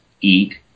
eat